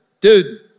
dude